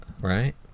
right